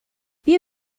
بیا